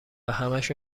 همشو